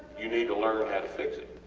you need to learn how to fix it.